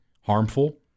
harmful